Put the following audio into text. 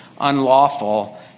unlawful